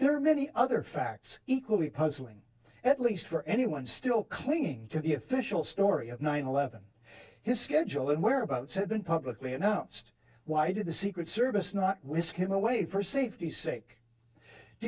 there are many other facts equally puzzling at least for anyone still clinging to the official story of nine eleven his schedule and whereabouts had been publicly announced why did the secret service not whisk him away for safety sake do